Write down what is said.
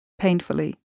painfully